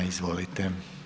Izvolite.